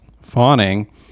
fawning